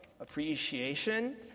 appreciation